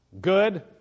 Good